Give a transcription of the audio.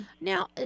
Now